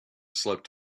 slept